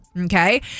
Okay